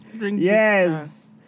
Yes